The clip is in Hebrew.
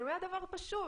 אני אומרת דבר פשוט,